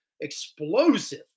Explosive